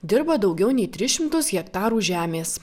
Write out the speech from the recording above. dirba daugiau nei tris šimtus hektarų žemės